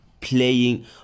Playing